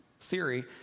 theory